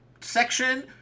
section